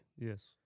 Yes